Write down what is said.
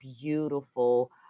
beautiful